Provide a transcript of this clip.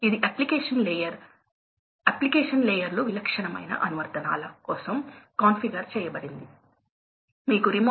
కాబట్టి నిజానికి మీరు ఎనర్జీ కర్వ్ ను చూడవచ్చు